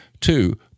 Two